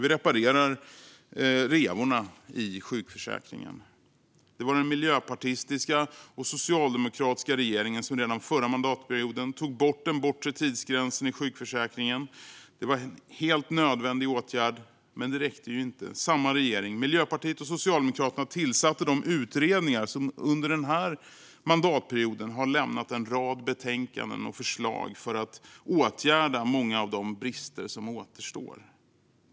Vi reparerar revorna i sjukförsäkringen. Det var den miljöpartistiska och socialdemokratiska regeringen som redan förra mandatperioden tog bort den bortre tidsgränsen i sjukförsäkringen. Det var en helt nödvändig åtgärd, men det räckte inte. Samma regering, Miljöpartiet och Socialdemokraterna, tillsatte de utredningar som under den här mandatperioden har lämnat en rad betänkanden och förslag för att åtgärda många av de brister som återstår.